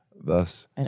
Thus